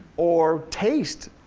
or taste?